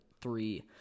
three